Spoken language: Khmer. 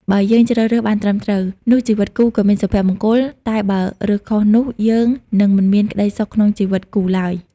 បើយើងជ្រើសរើសបានត្រឹមត្រូវ នោះជីវិតគូក៏មានសុភមង្គល តែបើរើសខុសនោះយើង និងមិនមានក្ដីសុខក្នុងជីវិតគូឡើយ។